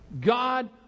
God